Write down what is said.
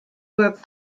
were